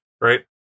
Right